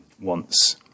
wants